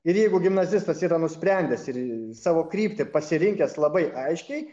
ir jeigu gimnazistas yra nusprendęs ir savo kryptį pasirinkęs labai aiškiai